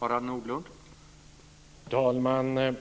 Herr talman!